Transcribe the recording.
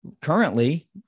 currently